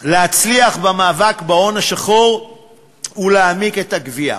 להצליח במאבק בהון השחור ולהעמיק את הגבייה.